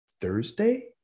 Thursday